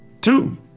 Two